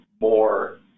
more